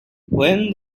when